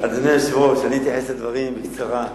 אדוני היושב-ראש, אני אתייחס לדברים מאוד בקצרה.